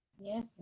Yes